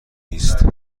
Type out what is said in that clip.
نیست